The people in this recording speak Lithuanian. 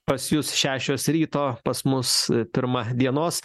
pas jus šešios ryto pas mus pirma dienos